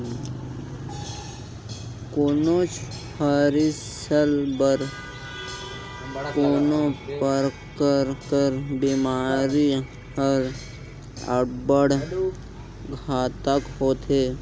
कोनोच फसिल बर कोनो परकार कर बेमारी हर अब्बड़ घातक होथे